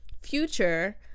Future